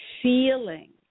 feeling